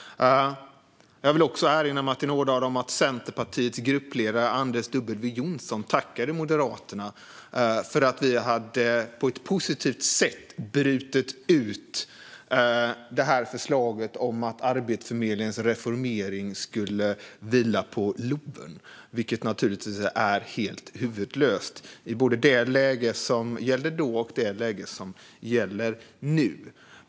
Jag vill också erinra Martin Ådahl om att Centerpartiets gruppledare, Anders W Jonsson, tackade oss moderater för att vi på ett positivt sätt hade brutit ut förslaget om att Arbetsförmedlingens reformering skulle vila på LOV, vilket naturligtvis är helt huvudlöst i både det läge som gällde då och det läge som gäller nu.